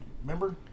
remember